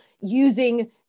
using